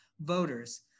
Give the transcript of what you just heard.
voters